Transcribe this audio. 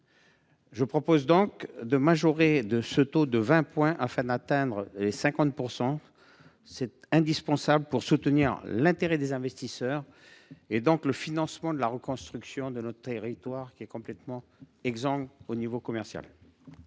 Je propose ainsi de le majorer de 20 points afin d’atteindre 50 %. C’est indispensable pour soutenir l’intérêt des investisseurs et le financement de la reconstruction de notre territoire, qui est complètement exsangue sur le plan commercial.